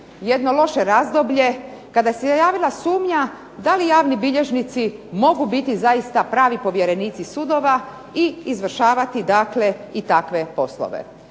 jedno loše razdoblje kada se javila sumnja da li javni bilježnici mogu biti zaista pravi povjerenici sudova i izvršavati i takve poslove.